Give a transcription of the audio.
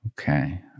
Okay